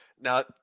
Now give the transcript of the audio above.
Now